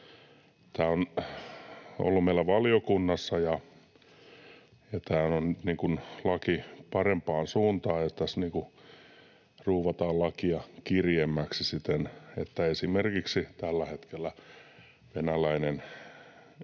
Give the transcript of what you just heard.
Tämä on ollut meillä valiokunnassa, ja tämä on laki parempaan suuntaan, ja tässä ruuvataan lakia kireämmäksi siten, että esimerkiksi tällä hetkellä venäläinen